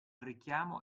richiamo